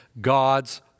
God's